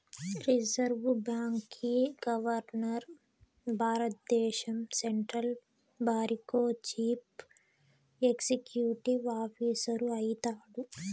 reserve బాంకీ governor భారద్దేశం central బారికో చీఫ్ ఎక్సిక్యూటివ్ ఆఫీసరు అయితాడు